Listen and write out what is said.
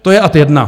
To je ad jedna.